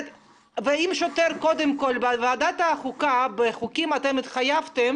בוועדת החוקה התחייבתם